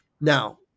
Now